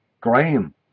Graham